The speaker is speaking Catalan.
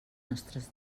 nostres